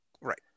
Right